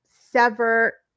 sever